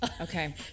Okay